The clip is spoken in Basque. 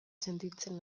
sentitzen